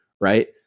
right